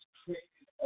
created